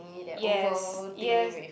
yes yes